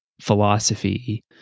philosophy